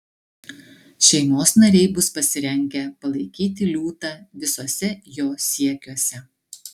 šeimos nariai bus pasirengę palaikyti liūtą visuose jo siekiuose